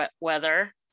weather